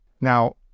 Now